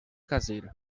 caseira